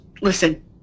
listen